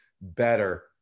better